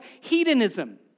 hedonism